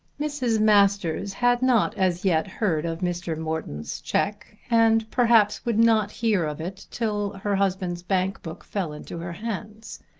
mrs. masters had not as yet heard of mr. morton's cheque, and perhaps would not hear of it till her husband's bank book fell into her hands.